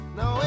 no